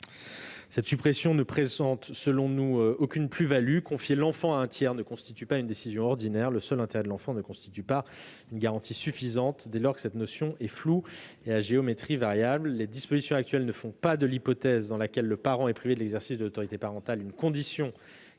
Cette suppression ne présente aucune plus-value. Confier l'enfant à un tiers ne constitue pas une décision ordinaire. Le seul intérêt de l'enfant ne représente pas une garantie suffisante dès lors que cette notion est floue et à géométrie variable. Les dispositions actuelles ne font pas de l'hypothèse dans laquelle le parent est privé de l'exercice de l'autorité parentale une condition